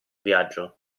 viaggio